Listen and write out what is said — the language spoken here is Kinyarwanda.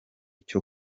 cyo